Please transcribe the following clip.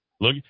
look